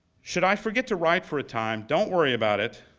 should i forget to write for a time, don't worry about it.